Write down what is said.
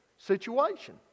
situation